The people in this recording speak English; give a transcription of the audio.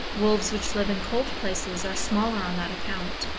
wolves which live in cold places are smaller on that account,